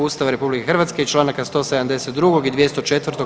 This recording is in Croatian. Ustava RH i Članaka 172. i 204.